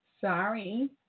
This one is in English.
Sorry